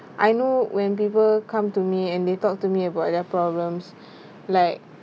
I know when people come to me and they talk to me about their problems like